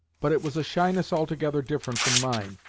but it was a shyness altogether different from mine,